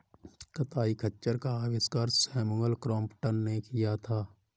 कताई खच्चर का आविष्कार सैमुअल क्रॉम्पटन ने किया था